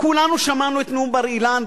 כולנו שמענו את נאום בר-אילן,